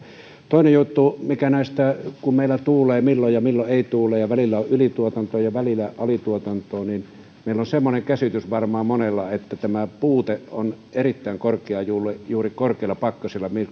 toinen juttu tästä kun meillä milloin tuulee ja milloin ei tuule ja välillä on ylituotantoa ja välillä alituotanto meillä on semmoinen käsitys varmaan monella että tämä puute on erittäin korkea juuri juuri korkeilla pakkasilla